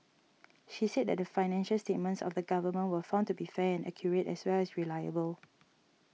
she said that the financial statements of the Government were found to be fair and accurate as well as reliable